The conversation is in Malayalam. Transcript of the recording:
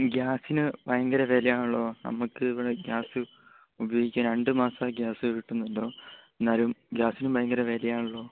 ഗ്യാസിന് ഭയങ്കര വിലയാണല്ലോ നമുക്ക് ഇവിടെ ഗ്യാസ് ഉപയോഗിക്കാൻ രണ്ട് മാസത്തെ ഗ്യാസെ കിട്ടുന്നുള്ളു എന്നാലും ഗ്യാസിനും ഭയങ്കര വിലയാണല്ലോ